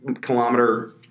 kilometer